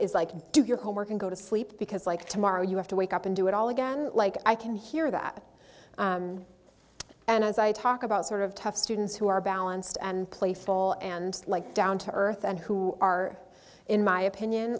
like do your homework and go to sleep because like tomorrow you have to wake up and do it all again like i can hear that and as i talk about sort of tough students who are balanced and playful and like down to earth and who are in my opinion